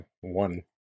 one